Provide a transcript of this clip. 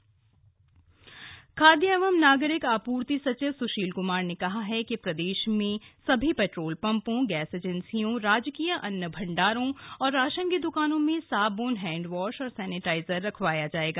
खादय सचिव खाद्य एवं नागरिक आपूर्ति सचिव स्शील क्मार ने कहा है कि प्रदेश में सभी पैट्रोल पम्पों गैस एजेन्सियों राजकीय अन्न भण्डारों और राशन की द्वकानों में साब्न हैण्डवाश और सैनेटाइजर रखवाया जाएगा